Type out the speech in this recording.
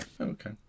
Okay